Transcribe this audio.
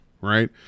right